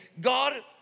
God